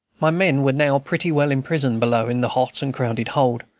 my men were now pretty well imprisoned below in the hot and crowded hold,